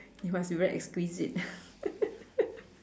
it must be very exquisite